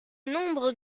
nombre